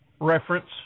reference